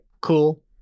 cool